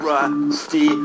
Rusty